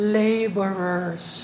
laborers